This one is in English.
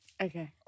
okay